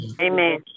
Amen